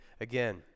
again